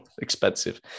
expensive